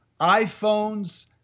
iPhones